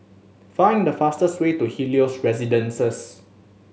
find the fastest way to Helios Residences